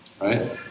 Right